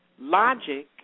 Logic